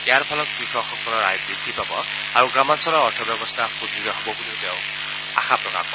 ইয়াৰ ফলত কৃষকসকলৰ আয় বৃদ্ধি পাব আৰু গ্ৰামাঞ্চলৰ অৰ্থ ব্যৱস্থা সূদ্য় হ'ব বুলিও তেওঁ প্ৰকাশ কৰে